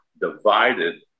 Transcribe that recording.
divided